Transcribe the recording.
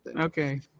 Okay